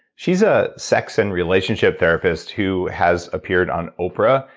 she's a sex and relationship therapist who has appeared on oprah,